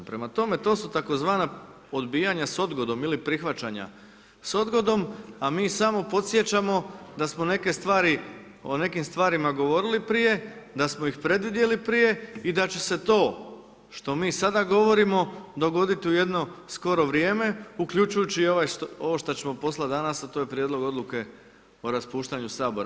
Prema tome, to su tzv. odbijanja sa odgodom ili prihvaćanja s odgodom, a mi samo podsjećamo da smo neke stvari o nekim stvarima govorili prije, da smo ih predvidjeli prije i da će se to što mi sada govorimo dogoditi u jedno skoro vrijeme, uključujući i ovo što ćemo poslati danas, a to je prijedlog odluke o raspuštanju Sabora.